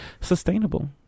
sustainable